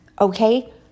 okay